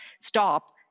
stop